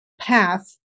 path